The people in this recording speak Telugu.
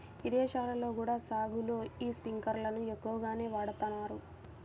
ఇదేశాల్లో కూడా సాగులో యీ స్పింకర్లను ఎక్కువగానే వాడతన్నారు